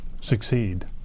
succeed